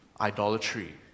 idolatry